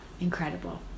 incredible